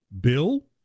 Bill